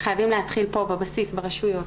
חייבים להתחיל פה בבסיס, ברשויות.